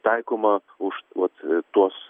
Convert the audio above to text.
taikoma už vat tuos